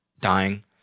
dying